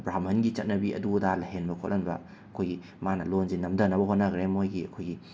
ꯕ꯭ꯔꯥꯍꯃꯟꯒꯤ ꯆꯠꯅꯕꯤ ꯑꯗꯨ ꯑꯗꯥ ꯂꯩꯍꯟꯕ ꯈꯣꯠꯍꯟꯕ ꯑꯩꯈꯣꯏꯒꯤ ꯃꯥꯅ ꯂꯣꯟꯁꯤ ꯅꯝꯊꯅꯕ ꯍꯣꯠꯅꯈ꯭ꯔꯦ ꯃꯣꯏꯒꯤ ꯑꯩꯈꯣꯏꯒꯤ